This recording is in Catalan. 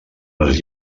les